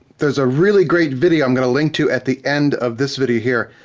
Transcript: there's a really great video i'm gonna link to at the end of this video here,